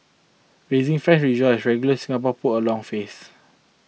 racing fans rejoice regular Singapore pull a long face